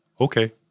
okay